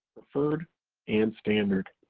preferred and standard.